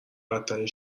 بدترین